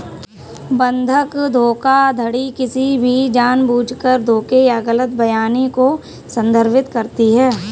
बंधक धोखाधड़ी किसी भी जानबूझकर धोखे या गलत बयानी को संदर्भित करती है